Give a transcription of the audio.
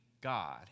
God